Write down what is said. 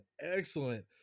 excellent